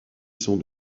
sont